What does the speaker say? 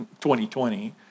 2020